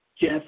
Jeff